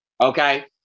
Okay